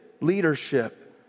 leadership